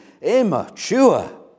immature